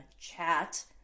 chat